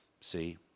See